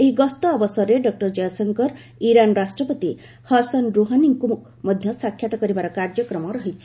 ଏହି ଗସ୍ତ ଅବସରରେ ଡକ୍କର ଜୟଶଙ୍କର ଇରାନ ରାଷ୍ଟ୍ରପତି ହସନ୍ ରୋହାନୀଙ୍କ ମଧ୍ୟ ସାକ୍ଷାତ କରିବାର କାର୍ଯ୍ୟକ୍ରମ ରହିଛି